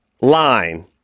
line